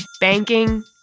Banking